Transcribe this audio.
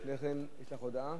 לפני כן, הודעה